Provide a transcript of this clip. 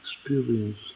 experience